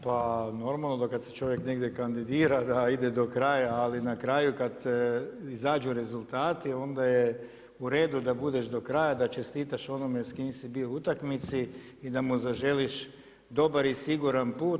Pa normalno da kad se čovjek negdje kandidira da ide do kraja, ali na kraju kad izađu rezultati onda je u redu da budeš do kraja, da čestitaš onome s kim si bio na utakmici i da mu zaželiš dobar i siguran puta.